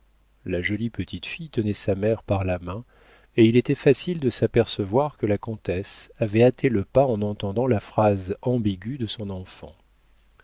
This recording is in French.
la jolie petite fille tenait sa mère par la main et il était facile de s'apercevoir que la comtesse avait hâté le pas en entendant la phrase ambiguë de son enfant